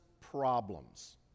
problems